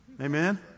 Amen